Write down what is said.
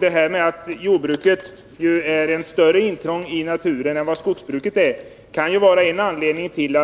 Detta med att jordbruket gör ett större intrång i naturen än vad skogsbruket gör — det kan ju vara en anledning till